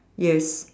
yes